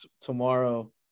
tomorrow